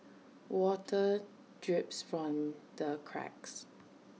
water drips from the cracks